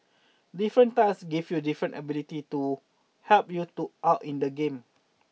different tiles give you different abilities to help you do out in the game